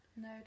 No